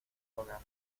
hogar